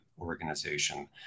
organization